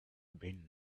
been